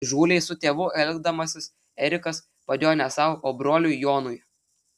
įžūliai su tėvu elgdamasis erikas padėjo ne sau o broliui jonui